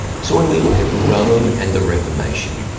so when we look at rome and the reformation,